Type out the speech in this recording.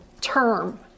term